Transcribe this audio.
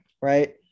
right